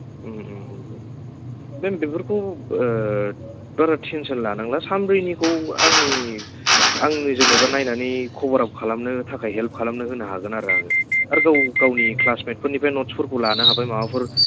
मेम बेफोरखौ बारा टेनसन लानांला सानब्रैनिखौ आंनि आंनो जेनेबा नायनानै कभारआप खालामनो थाखाय हेल्प खालामना होनो हागोन आरो आङो आरो गाव गावनि क्लासमेटफोरनिफ्राय न'ट्सफोरखौ लानो हागोन माबाफोर